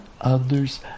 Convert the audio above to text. others